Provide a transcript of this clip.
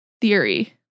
Theory